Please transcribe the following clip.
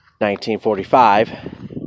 1945